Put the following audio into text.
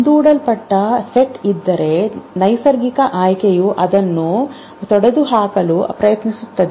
ಮುಂದೂಡಲ್ಪಟ್ಟ ಸೆಟ್ ಇದ್ದರೆ ನೈಸರ್ಗಿಕ ಆಯ್ಕೆಯು ಅದನ್ನು ತೊಡೆದುಹಾಕಲು ಪ್ರಯತ್ನಿಸುತ್ತದೆ